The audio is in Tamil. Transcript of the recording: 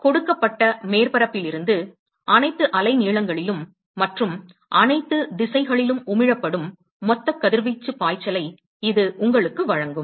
எனவே கொடுக்கப்பட்ட மேற்பரப்பில் இருந்து அனைத்து அலைநீளங்களிலும் மற்றும் அனைத்து திசைகளிலும் உமிழப்படும் மொத்த கதிர்வீச்சு பாய்ச்சலை இது உங்களுக்கு வழங்கும்